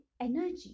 energy